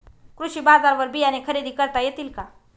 कृषी बाजारवर बियाणे खरेदी करता येतील का?